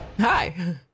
Hi